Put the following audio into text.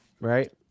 right